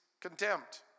contempt